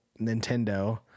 Nintendo